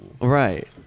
Right